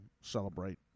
celebrate